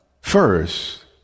first